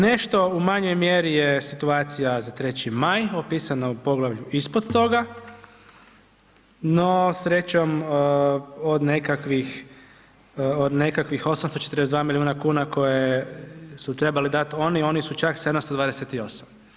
Nešto u manjoj mjeri je situacija za 3. Maj opisana u poglavlju ispod toga, no, srećom, od nekakvih 842 milijuna kuna koje su trebali dat oni, oni su čak 728.